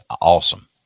awesome